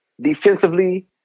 defensively